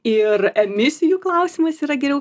ir emisijų klausimais yra geriau